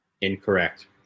Incorrect